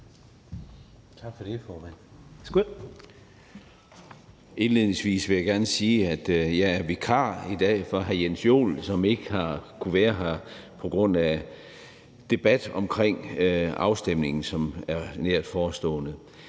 Tak for det, formand.